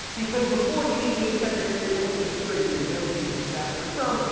because before he became secretary of homeland security and then chief of staff for trump,